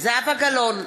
זהבה גלאון,